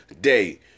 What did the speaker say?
day